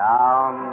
Down